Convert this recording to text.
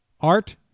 Art